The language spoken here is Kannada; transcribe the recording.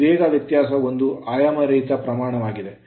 ವೇಗದ ವ್ಯತ್ಯಾಸವು ಒಂದು ಆಯಾಮರಹಿತ ಪ್ರಮಾಣವಾಗಿದೆ